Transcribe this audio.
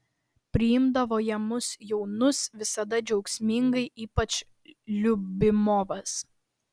priimdavo jie mus jaunus visada džiaugsmingai ypač liubimovas